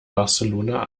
barcelona